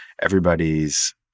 Everybody's